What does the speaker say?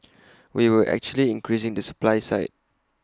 we were actually increasing the supply side